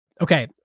okay